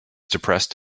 depressed